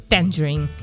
Tangerine